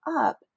up